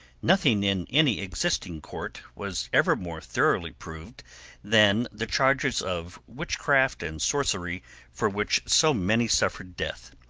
nothing in any existing court was ever more thoroughly proved than the charges of witchcraft and sorcery for which so many suffered death.